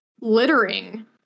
littering